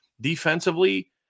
Defensively